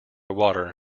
water